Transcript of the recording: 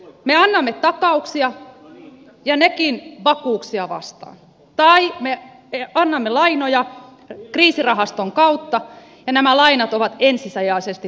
me annamme takauksia ja nekin vakuuksia vastaan tai me annamme lainoja kriisirahaston kautta ja nämä lainat ovat ensisijaisesti takaisin maksettavia